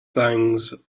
things